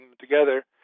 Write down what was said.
together